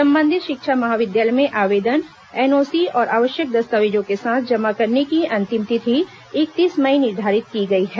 सम्बंधित शिक्षा महाविद्यालय में आवेदन एनओसी और आवश्यक दस्तावेजों के साथ जमा करने की अंतिम तिथि इकतीस मई निर्धारित की गई है